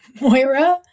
Moira